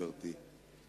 גברתי.